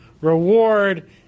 reward